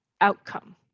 outcome